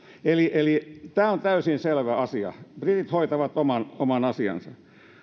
eli eli tämä on täysin selvä asia britit hoitavat oman oman asiansa